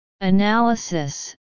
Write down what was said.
Analysis